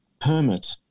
permit